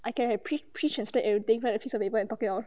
I can have pre translate everything right a piece of paper and talk it out